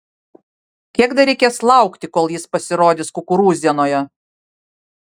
kiek dar reikės laukti kol jis pasirodys kukurūzienoje